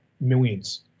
millions